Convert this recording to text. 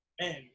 Man